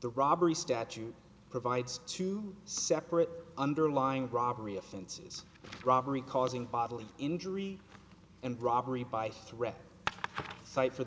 the robbery statute provides two separate underlying robbery offenses robbery causing bodily injury and robbery by threat site for